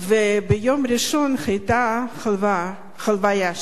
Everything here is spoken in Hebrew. וביום ראשון היתה ההלוויה.